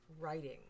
writing